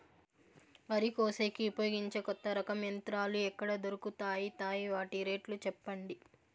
వరి కోసేకి ఉపయోగించే కొత్త రకం యంత్రాలు ఎక్కడ దొరుకుతాయి తాయి? వాటి రేట్లు చెప్పండి?